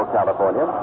California